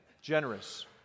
generous